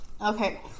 Okay